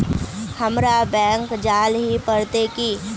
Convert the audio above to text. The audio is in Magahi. हमरा बैंक जाल ही पड़ते की?